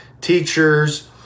teachers